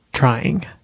trying